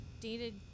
dated